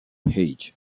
ages